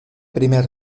primer